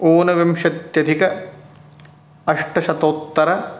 ऊनविंशत्यधिकम् अष्टशतोत्तर